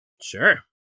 Sure